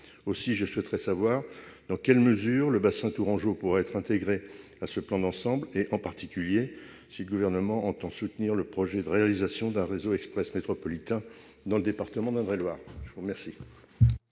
Aussi, je souhaite savoir dans quelle mesure le bassin tourangeau pourra être intégré à ce plan d'ensemble et, en particulier, si le Gouvernement entend soutenir le projet de réalisation d'un réseau express métropolitain dans le département d'Indre-et-Loire. La parole